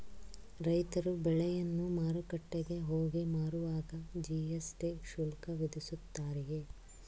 ರೈತರು ಬೆಳೆಯನ್ನು ಮಾರುಕಟ್ಟೆಗೆ ಹೋಗಿ ಮಾರುವಾಗ ಜಿ.ಎಸ್.ಟಿ ಶುಲ್ಕ ವಿಧಿಸುತ್ತಾರೆಯೇ?